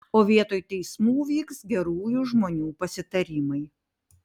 o vietoj teismų vyks gerųjų žmonių pasitarimai